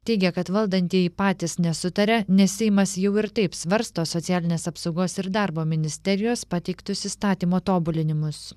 teigia kad valdantieji patys nesutaria nes seimas jau ir taip svarsto socialinės apsaugos ir darbo ministerijos pateiktus įstatymo tobulinimus